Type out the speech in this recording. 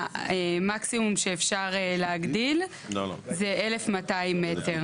המקסימום שאפשר להגדיל זה 1,200 מטר.